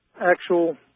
actual